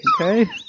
Okay